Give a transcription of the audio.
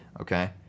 okay